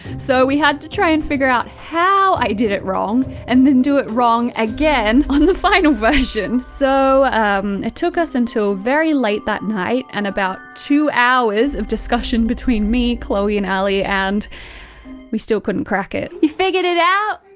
so we had to try and figure out how i did it wrong and then do it wrong again on the final version. so it took us until very late that night and about two hours of discussion between me, chloe and ali and we still couldn't crack it. have we figured it out?